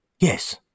Yes